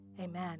Amen